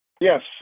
Yes